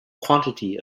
quantity